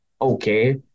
okay